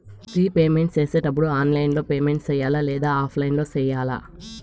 repayment సేసేటప్పుడు online లో payment సేయాలా లేదా ఆఫ్లైన్ లో సేయాలా